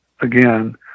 again